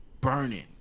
Burning